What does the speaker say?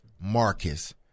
Marcus